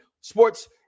sports